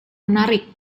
menarik